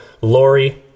Lori